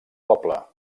poble